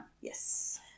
Yes